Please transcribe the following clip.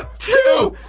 two,